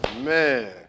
man